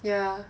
ya